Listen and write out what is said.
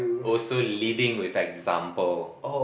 also leading with example